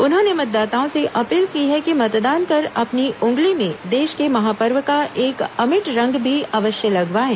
उन्होंने मतदाताओं से अपील की है कि मतदान कर अपनी उंगली में देश के महापर्व का एक अमिट रंग भी अवश्य लगवाएं